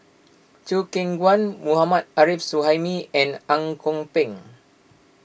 Chew Kheng Chuan Mohammad Arif Suhaimi and Ang Kok Peng